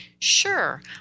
Sure